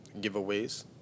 giveaways